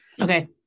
Okay